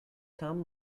come